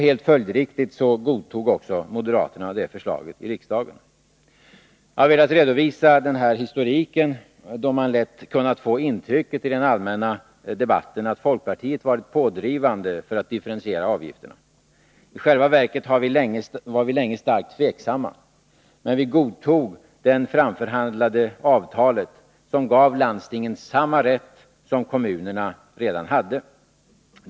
Helt följdriktigt godtog också moderaterna förslaget i riksdagen. Jag har velat redovisa denna historik, då man i den allmänna debatten lätt kunnat få intrycket att folkpartiet varit pådrivande för att differentiera avgifterna. I själva verket var vi länge starkt tveksamma. Men vi godtog det framförhandlade avtalet, som gav landstingen samma rätt som kommunerna redan hade.